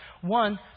one